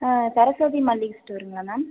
சரஸ்வதி மளிகை ஸ்டோருங்களா மேம்